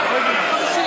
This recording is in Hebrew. לא הבינו.